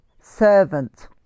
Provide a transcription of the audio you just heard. servant